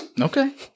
Okay